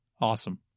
awesome